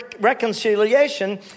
reconciliation